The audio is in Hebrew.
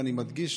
ואני מדגיש: